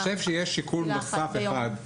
אני חושב שיש שיקול נוסף אחד,